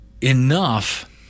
Enough